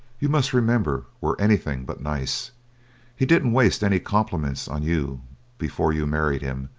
you must remember, were anything but nice he didn't wasteany compliments on you before you married him,